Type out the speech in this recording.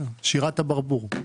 שירת הברבור.